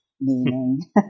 meaning